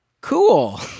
Cool